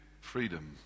freedom